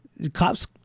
Cops